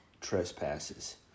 trespasses